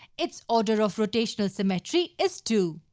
its order of rotational symmetry is two.